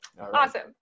Awesome